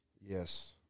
Yes